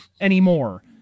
anymore